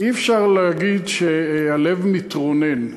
אי-אפשר להגיד שהלב מתרונן,